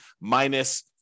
minus